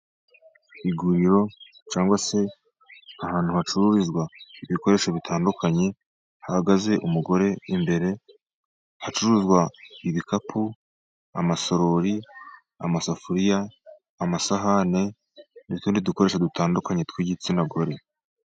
Iguriro cyangwa se ahantu hacururizwa ibikoresho bitandukanye, hahagaze umugore imbere. Hacuruzwa ibikapu, amasorori, amasafuriya, amasahani, n’utundi dukoresho dutandukanye tw’igitsina gore.